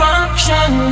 Function